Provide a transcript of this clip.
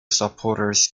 supporters